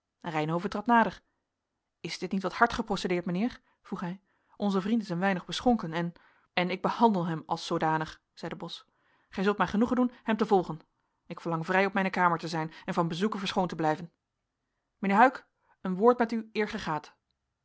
reynhove trad nader is dit niet wat hard geprocedeerd mijnheer vroeg hij onze vriend is een weinig beschonken en en ik behandel hem als zoodanig zeide bos gij zult mij genoegen doen hem te volgen ik verlang vrij op mijne kamer te zijn en van bezoeken verschoond te blijven mijnheer huyck een woord met u eer gij gaat